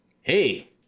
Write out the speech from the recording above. Hey